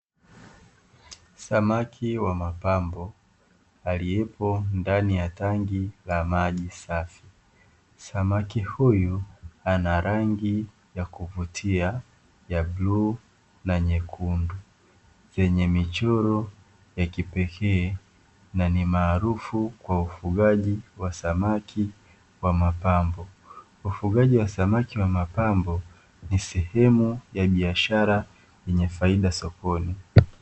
Samaki wa mapambo aliyepo ndani ya tangi la maji safi, samaki huyu ana rangi ya kuvutia yablue na nyekundu kwenye michoro ya kipekee na ni maarufu kwa ufugaji wa samaki kwa mapambo. Ufugaji wa samaki wa mapambo ni sehemu ya biashara yenye faida sokoni.